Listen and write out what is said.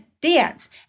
dance